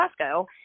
Costco